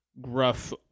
gruff